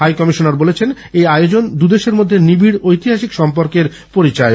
high commissioner বলেছেন এই আয়োজন দুদেশের মধ্যে নিবিড় ঐতিহাসিক সম্পর্কের পরিপরক